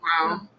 Wow